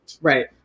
right